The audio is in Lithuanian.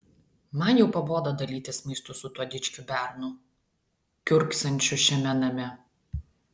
man jau pabodo dalytis maistu su tuo dičkiu bernu kiurksančiu šiame name